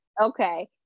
okay